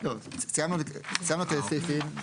סיימנו את הסעיפים.